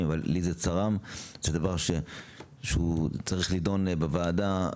ולי זה צרם בנושא שצריך לידון בוועדה,